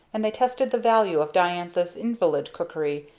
and they tested the value of diantha's invalid cookery,